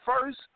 first